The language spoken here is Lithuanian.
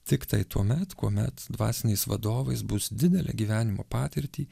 tiktai tuomet kuomet dvasiniais vadovais bus didelę gyvenimo patirtį